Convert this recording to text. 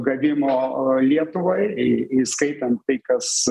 gavimo lietuvai įskaitant tai kas